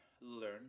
learn